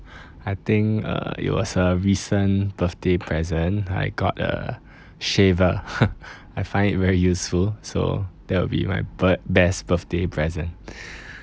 I think uh it was a recent birthday present I got a shaver I find it very useful so that will be my bir~ best birthday present